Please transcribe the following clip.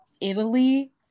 Italy